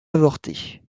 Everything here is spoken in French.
avorté